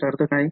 याचा अर्थ काय